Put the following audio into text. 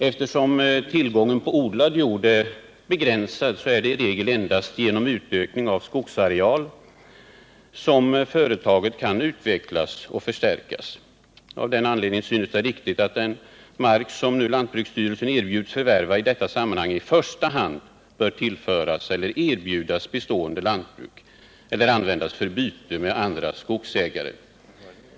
Eftersom tillgången på odlad jord är begränsad är det i regel endast genom utökning av skogsareal som företaget kan utvecklas och förstärkas. Av den anledningen synes det viktigt att den mark som nu lantbruksstyrelsen erbjuds förvärva i detta sammanhang i första hand bör erbjudas bestående lantbruk eller användas för byte med andra skogsägare.